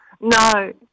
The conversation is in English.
No